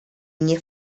nie